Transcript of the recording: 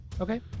Okay